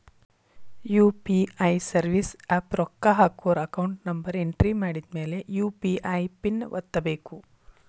UPI service app ರೊಕ್ಕ ಹಾಕೋರ್ account number entry ಮಾಡಿದ್ಮ್ಯಾಲೆ ಯು.ಪಿ.ಐ ಪಿನ್ ಒತ್ತಬೇಕು